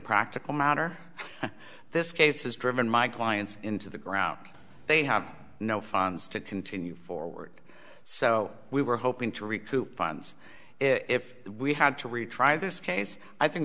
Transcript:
practical matter this case has driven my clients into the ground they have no funds to continue forward so we were hoping to recoup funds if we had to retry this case i think